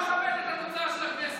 למה אתה לא מכבד את התוצאה של הכנסת?